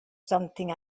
something